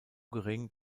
gering